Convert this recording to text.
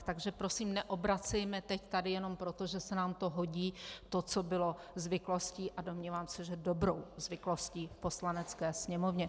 Takže prosím neobracejme teď tady jenom proto, že se nám to hodí, to, co bylo zvyklostí, a domnívám se, že dobrou zvyklostí v Poslanecké sněmovně.